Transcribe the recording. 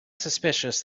suspicious